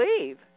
leave